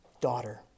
Daughter